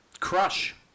crush